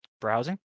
browsing